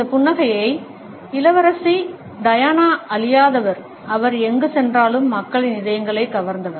இந்த புன்னகையை இளவரசி டயானா அழியாதவர் அவர் எங்கு சென்றாலும் மக்களின் இதயங்களை கவர்ந்தவர்